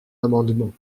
amendement